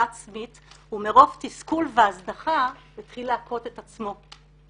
עצמית ומרוב תסכול והזנחה הוא התחיל להכות את עצמו.